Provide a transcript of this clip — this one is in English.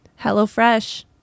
Hellofresh